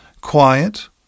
Quiet